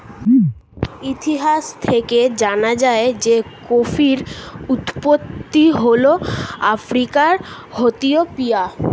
ইতিহাস থেকে জানা যায় যে কফির উৎপত্তিস্থল হল আফ্রিকার ইথিওপিয়া